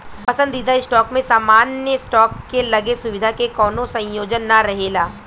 पसंदीदा स्टॉक में सामान्य स्टॉक के लगे सुविधा के कवनो संयोजन ना रहेला